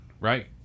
right